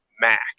mac